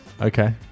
Okay